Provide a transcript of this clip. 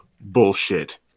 bullshit